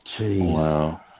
Wow